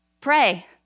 pray